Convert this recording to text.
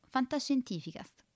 Fantascientificast